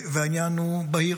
העניין הוא בהיר.